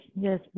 yes